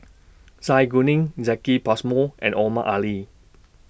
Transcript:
Zai Kuning Jacki Passmore and Omar Ali